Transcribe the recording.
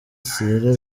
sierra